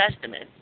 Testament